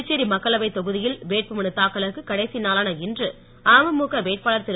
புதுச்சேரி மக்களவைத் தொகுதியில் வேட்புமனுத்தாக்கலுக்கு கடைசி நாளான இன்று அமமுக வேட்பாளர் திரு